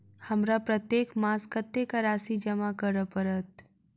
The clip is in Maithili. हमरा प्रत्येक मास कत्तेक राशि जमा करऽ पड़त?